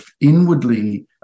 inwardly